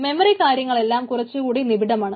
memory കാര്യങ്ങളെല്ലാം കുറച്ചുകൂടി നിബിഡമാണ്